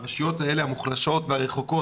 אין ספק שהרשויות המוחלשות והרחוקות,